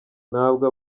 ntabwo